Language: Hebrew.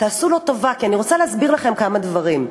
תעשו לו טובה, כי אני רוצה להסביר לכם כמה דברים.